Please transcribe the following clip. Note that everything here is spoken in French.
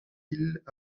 îles